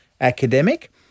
academic